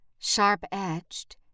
sharp-edged